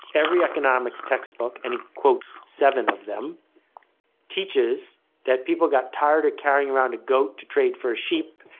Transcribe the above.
every economics textbook and he quotes seven of them teaches that people got tired of carrying around a goat to trade for a sheep,